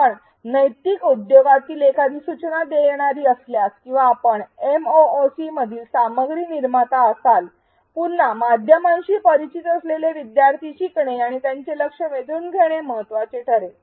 आपण नैतिक उद्योगातील एखादी सूचना देणारी असल्यास किंवा आपण एमओओसी मधील सामग्री निर्माता असाल पुन्हा माध्यमांशी परिचित असलेले विद्यार्थी शिकणे आणि त्यांचे लक्ष वेधून घेणे महत्वाचे ठरेल